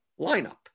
lineup